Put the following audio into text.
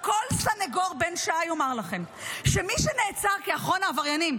כל סנגור בן שעה יאמר לכם שמי שנעצר כאחרון העבריינים,